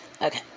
Okay